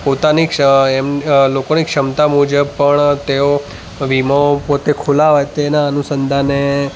પોતાની ક્ષ એમ લોકોની ક્ષમતા મુજબ પણ તેઓ વીમો પોતે ખોલવે તેના અનુસંધાને